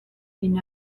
deny